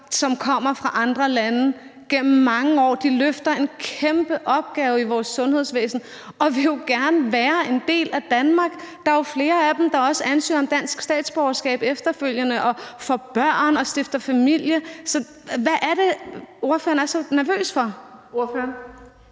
som kommer fra andre lande, gennem mange år. De løfter en kæmpe opgave i vores sundhedsvæsen og vil jo gerne være en del af Danmark. Der er jo flere af dem, der også ansøger om dansk statsborgerskab efterfølgende og får børn og stifter familie. Så hvad er det, ordføreren er så nervøs for? Kl.